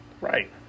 Right